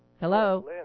Hello